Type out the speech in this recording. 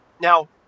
Now